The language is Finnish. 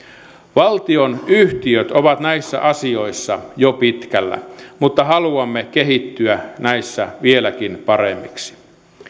valtionyhtiöt ovat näissä asioissa jo pitkällä mutta haluamme kehittyä näissä vieläkin paremmiksi